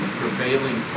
prevailing